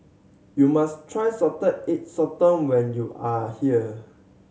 you must try Salted Egg Sotong when you are here